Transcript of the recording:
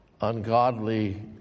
ungodly